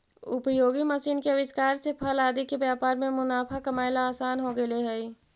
उपयोगी मशीन के आविष्कार से फल आदि के व्यापार में मुनाफा कमाएला असान हो गेले हई